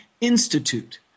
Institute